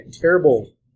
terrible